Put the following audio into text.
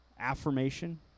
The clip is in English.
affirmation